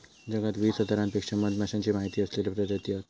जगात वीस हजारांपेक्षा मधमाश्यांचे माहिती असलेले प्रजाती हत